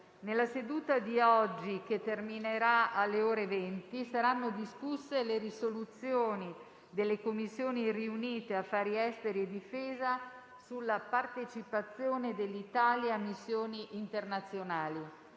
Nella seduta di oggi, che terminerà alle ore 20, saranno discusse le risoluzioni delle Commissioni riunite affari esteri e difesa sulla partecipazione dell'Italia a missioni internazionali.